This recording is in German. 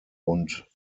und